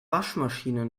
waschmaschine